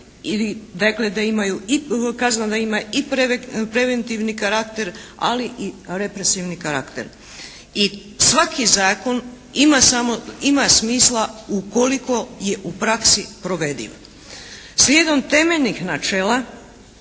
da ima i preventivni karakter ali i represivni karakter. I svaki zakon ima samo, ima smisla ukoliko je u praksi provediv. Slijedom temeljnih načela,